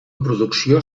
producció